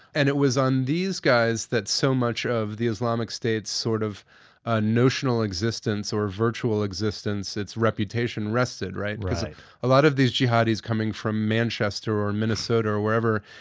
and it was on these guys that so much of the islamic states sort of a notional existence or virtual existence, its reputation rested, right? right. because a lot of these jihadis coming from manchester or minnesota or wherever,